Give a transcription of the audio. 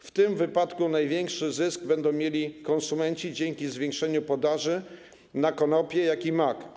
W tym wypadku największy zysk będą mieli konsumenci dzięki zwiększeniu podaży na konopie i mak.